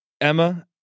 emma